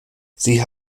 sie